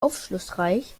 aufschlussreich